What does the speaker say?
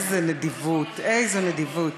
איזה נדיבות, איזה נדיבות.